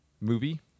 movie